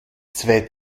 zwei